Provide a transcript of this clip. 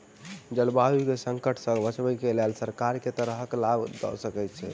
जलवायु केँ संकट सऽ बचाबै केँ लेल सरकार केँ तरहक लाभ दऽ रहल छै?